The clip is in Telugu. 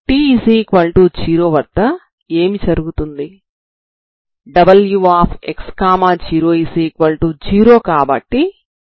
t0 వద్ద ఏమి జరుగుతుంది